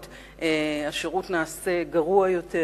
השירות נעשה גרוע יותר,